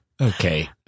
Okay